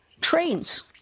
trains